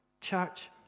Church